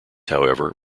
however